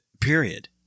Period